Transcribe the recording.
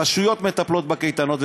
הרשויות מטפלות בקייטנות,